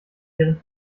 deren